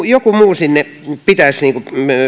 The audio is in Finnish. joku muu sinne pitäisi